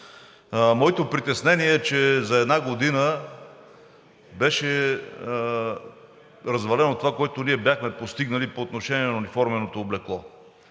Моето притеснение е, че за една година беше развалено това, което ние бяхме постигнали по отношение на униформеното облекло.